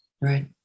right